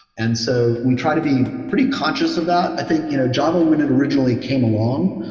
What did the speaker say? and so we try to be pretty conscious of that. i think you know java, when it originally came along,